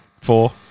four